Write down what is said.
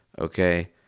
okay